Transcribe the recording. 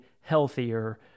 healthier